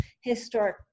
historic